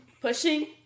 pushing